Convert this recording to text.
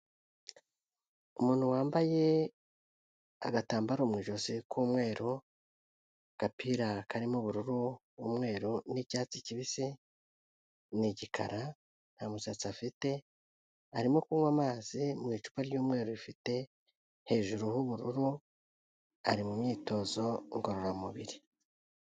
Umuntu wambaye agatambaro mu ijosi k'umweru, agapira karimo ubururu, umweru n'icyatsi kibisi, ni igikara, nta musatsi afite, arimo kunywa amazi mu icupa ry'umweru rifite hejuru b'ubururu ari mu myitozo ngororamubiri.